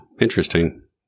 Interesting